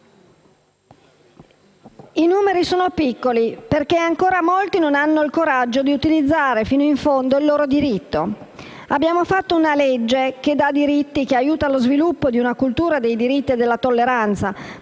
I numeri sono piccoli, perché ancora molti non hanno il coraggio di utilizzare fino in fondo il loro diritto. Abbiamo fatto una legge che dà diritti, che aiuta lo sviluppo di una cultura dei diritti e della tolleranza